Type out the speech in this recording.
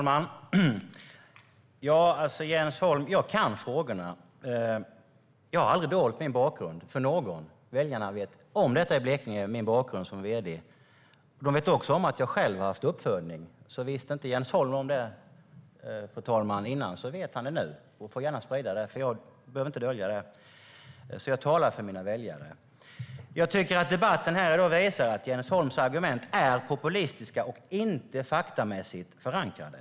Fru talman! Jag kan frågorna, Jens Holm. Jag har aldrig dolt min bakgrund för någon. Väljarna i Blekinge känner till min bakgrund som vd. De vet också om att jag själv har haft uppfödning. Om Jens Holm inte visste det tidigare vet han det nu, fru talman. Han får gärna sprida det, för jag behöver inte dölja det. Jag talar för mina väljare. Jag tycker att debatten här i dag visar att Jens Holms argument är populistiska och inte faktamässigt förankrade.